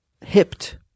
hipped